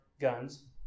guns